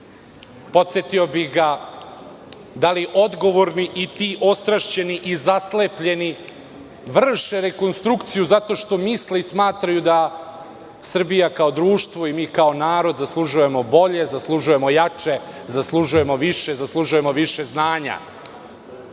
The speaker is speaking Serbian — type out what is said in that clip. podsetio bih ga da li odgovorni i ti ostrašćeni i zaslepljeni vrše rekonstrukciju zato što misle i smatraju da Srbija kao društvo i mi kao narod zaslužujemo bolje, zaslužujemo jače, zaslužujemo više, više